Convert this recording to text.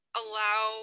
allow